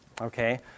Okay